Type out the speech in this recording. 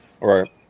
Right